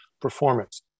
performance